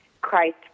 Christ